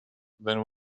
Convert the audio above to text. than